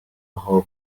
aho